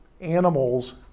animals